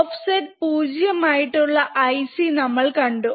offset 0 ആയിട്ടുള്ള IC നമ്മൾ കണ്ടു